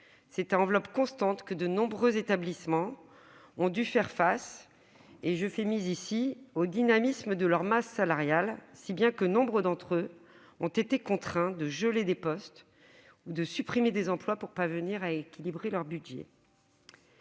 c'est à enveloppe constante que de nombreux établissements ont dû faire face au « dynamisme »- c'est un euphémisme - de leur masse salariale, si bien que nombre d'entre eux ont été contraints de geler des postes ou de supprimer des emplois pour parvenir à équilibrer leur budget.